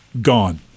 gone